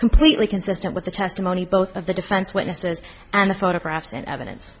completely consistent with the testimony both of the defense witnesses and the photographs and evidence